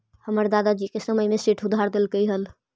हमर दादा जी के समय में सेठ उधार देलकइ हल